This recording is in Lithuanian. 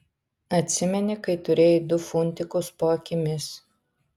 atsimeni kai turėjai du funtikus po akimis